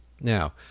Now